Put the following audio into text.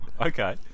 Okay